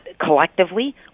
collectively